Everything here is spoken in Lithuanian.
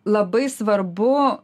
labai svarbu